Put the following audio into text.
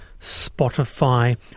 Spotify